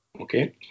Okay